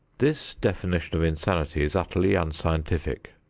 this definition of insanity is utterly unscientific.